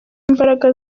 imbaraga